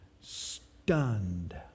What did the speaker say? stunned